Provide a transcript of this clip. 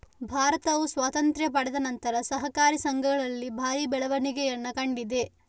ಭಾರತವು ಸ್ವಾತಂತ್ರ್ಯ ಪಡೆದ ನಂತರ ಸಹಕಾರಿ ಸಂಘಗಳಲ್ಲಿ ಭಾರಿ ಬೆಳವಣಿಗೆಯನ್ನ ಕಂಡಿದೆ